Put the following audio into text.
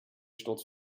sturz